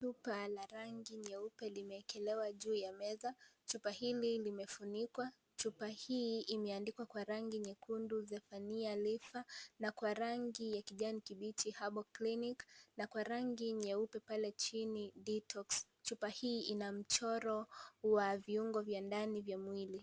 Chupa la rangi nyeupe limeekelewa juu ya meza. Chupa hili limefunikwa , chupa hii imeandikwa kwa rangi nyekundu Zephania Life na kwa rangi ya kijani kibichi herbal clinic na kwa rangi nyeupe pale chini detox chupa hii ina mchoro wa viungo vya ndani vya mwili.